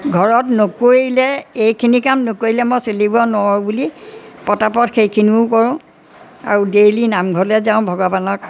ঘৰত নকৰিলে এইখিনি কাম নকৰিলে মই চলিব নোৱাৰোঁ বুলি পতাপত সেইখিনিও কৰোঁ আৰু ডেইলি নামঘৰলৈ যাওঁ ভগৱানক